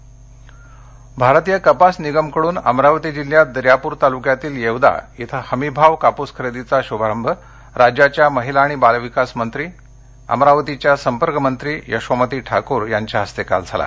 कापूस भारतीय कपास निगमकडून अमरावती जिल्ह्यात दर्यापूर तालुक्यातील येवदा इथं हमीभाव कापूस खरेदीचा शुभारंभ राज्याच्या महिला आणि बालविकास मंत्री संच अमरावतीच्या संपर्कमंत्री यशोमती ठाकूर यांच्या हस्ते काल झाला